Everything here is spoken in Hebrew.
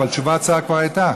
אבל תשובת שר כבר הייתה.